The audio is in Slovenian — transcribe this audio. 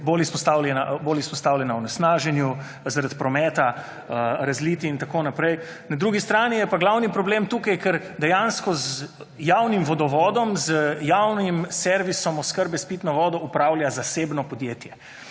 bolj izpostavljena onesnaženju zaradi prometa, razlitij in tako naprej. Na drugi strani je pa glavni problem tukaj, ker dejansko z javnim vodovodom, z javnim servisom oskrbe s pitno vodo upravlja zasebno podjetje.